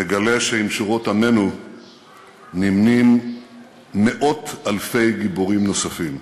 מגלה שעם שורות עמנו נמנים מאות-אלפי גיבורים נוספים.